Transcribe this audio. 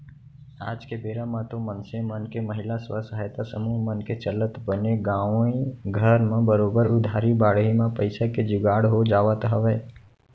आज के बेरा म तो मनसे मन के महिला स्व सहायता समूह मन के चलत बने गाँवे घर म बरोबर उधारी बाड़ही म पइसा के जुगाड़ हो जावत हवय